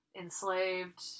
Enslaved